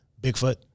Bigfoot